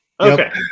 Okay